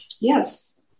Yes